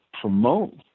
promote